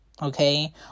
Okay